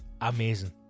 amazing